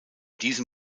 diesem